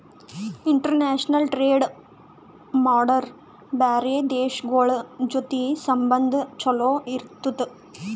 international trade ಮಾಡುರ್ ಬ್ಯಾರೆ ದೇಶಗೋಳ್ ಜೊತಿ ಸಂಬಂಧ ಛಲೋ ಇರ್ತುದ್